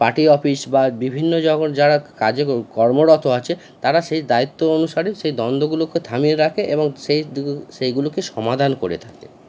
party office বা বিভিন্ন যখন যারা কাজে কর্মরত আছে তারা সেই দায়িত্ব অনুসারে সেই দ্বন্দ্বগুলোকে থামিয়ে রাখে এবং সে সেইগুলোকে সমাধান করে থাকে